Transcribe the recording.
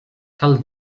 cal